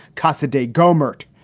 cassaday gohmert,